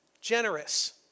generous